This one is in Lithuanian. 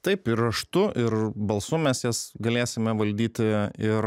taip ir raštu ir balsu mes jas galėsime valdyti ir